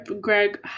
Greg